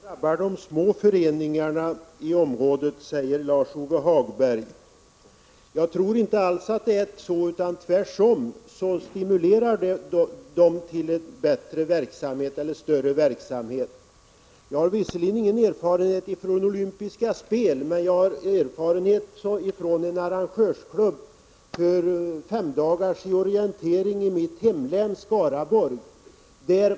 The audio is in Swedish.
Herr talman! Det drabbar de små föreningarna i området, säger Lars-Ove Hagberg. Jag tror inte alls att det är så. Tvärtom stimulerar det dem till mera verksamhet. Jag har visserligen ingen erfarenhet från olympiska spel men jag har erfarenhet från en arrangörsklubb för femdagarslopp i orientering i mitt hemlän Skaraborg.